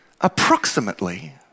Approximately